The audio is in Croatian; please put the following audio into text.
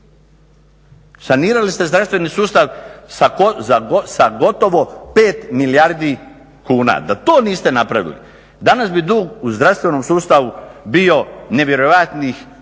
Sanirali ste zdravstveni sustav sa gotovo 5 milijardi kuna. Da to niste napravili, danas bi dug u zdravstvenom sustavu bio nevjerojatnih 15,